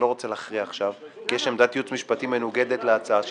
אני לא רוצה להכריע עכשיו כי יש עמדת הייעוץ המפטי מנוגדת להצעה שלך.